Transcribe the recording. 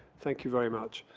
thank you very much.